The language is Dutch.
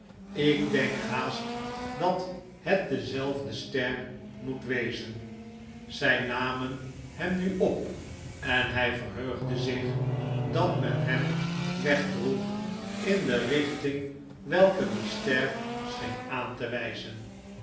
ik denk haast dathet dezelfde ster moet wezen zij namen hem nu op en hij verheugde zich dat men hem wegdroeg in de richting welke die ster scheen aan te wijzen